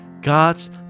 God's